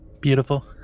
Beautiful